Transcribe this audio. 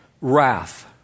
Wrath